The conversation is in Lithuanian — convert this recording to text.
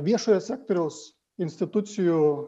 viešojo sektoriaus institucijų